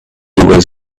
was